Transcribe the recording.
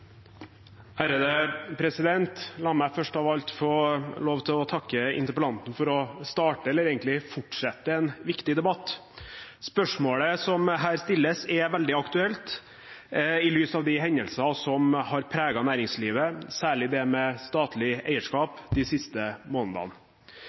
La meg først av alt få takke interpellanten for å starte – eller egentlig fortsette – en viktig debatt. Spørsmålet som her stilles, er veldig aktuelt, i lys av de hendelser som har preget næringslivet, særlig det med statlig